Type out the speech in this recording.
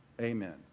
Amen